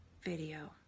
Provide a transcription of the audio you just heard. video